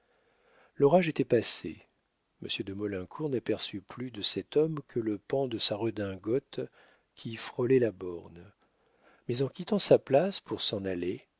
l'orage était passé monsieur de maulincour n'aperçut plus de cet homme que le pan de sa redingote qui frôlait la borne mais en quittant sa place pour s'en aller